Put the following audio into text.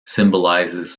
symbolizes